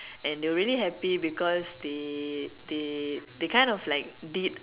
and they were really happy because they they they kind of like did